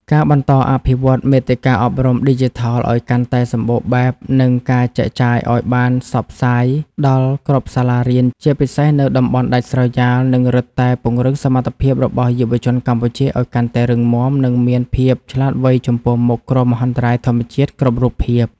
ការបន្តអភិវឌ្ឍមាតិកាអប់រំឌីជីថលឱ្យកាន់តែសម្បូរបែប និងការចែកចាយឱ្យបានសព្វសាយដល់គ្រប់សាលារៀន ជាពិសេសនៅតំបន់ដាច់ស្រយាល នឹងរឹតតែពង្រឹងសមត្ថភាពរបស់យុវជនកម្ពុជាឱ្យកាន់តែរឹងមាំ និងមានភាពឆ្លាតវៃចំពោះមុខគ្រោះមហន្តរាយធម្មជាតិគ្រប់រូបភាព។